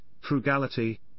frugality